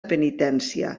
penitència